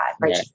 right